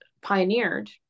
pioneered